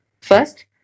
First